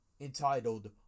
entitled